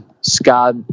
Scott